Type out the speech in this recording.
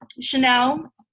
Chanel